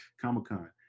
Comic-Con